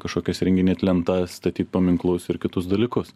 kažkokias įrenginėt lemtas statyt paminklus ir kitus dalykus